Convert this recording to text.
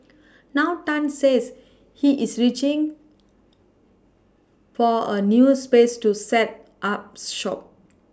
now Tan says he is reaching for a new space to set up shop